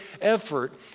effort